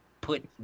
Put